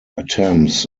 attempts